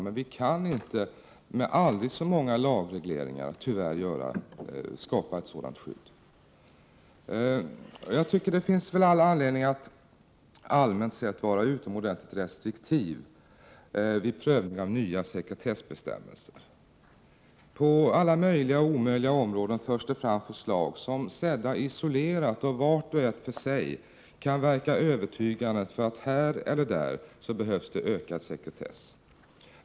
Men vi kan, med aldrig så många Sekretesskyddet fö lagregler, tyvärr inte skapa ett sådant skydd. FER EE för é é / ö Ae vissa myndighetsregis Det finns all anledning att vara utomordentligt restriktiv vid prövning av örm.iR nya sekretessbestämmelser. På alla möjliga och omöjliga områden förs det fram förslag som sedda isolerat och vart och ett för sig kan verka övertygande för att det här eller där behövs ökad sekretess.